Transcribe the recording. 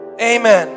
amen